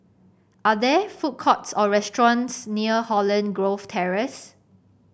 are there food courts or restaurants near Holland Grove Terrace